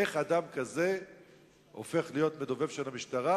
איך אדם כזה הופך להיות מדובב של המשטרה,